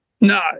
No